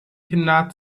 kinder